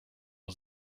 was